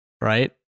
right